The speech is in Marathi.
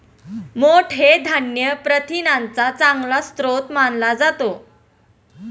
मोठ हे धान्य प्रथिनांचा चांगला स्रोत मानला जातो